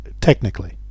technically